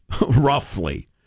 roughly